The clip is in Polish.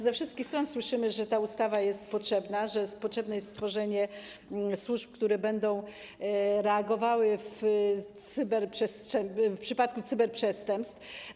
Ze wszystkich stron słyszymy, że ta ustawa jest potrzebna, że potrzebne jest stworzenie służb, które będą reagowały w przypadku cyberprzestępstw.